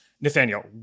Nathaniel